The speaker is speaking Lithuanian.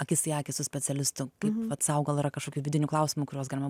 akis į akį su specialistu kaip vat sau gal yra kažkokių vidinių klausimų kuriuos galima